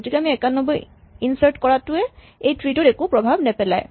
গতিকে ৯১ ইনচাৰ্ট কৰাটোৱে এই ট্ৰী টোত একো প্ৰভাৱ নেপেলায়